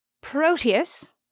Proteus